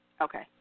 Okay